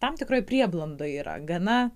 tam tikroj prieblandoj yra gana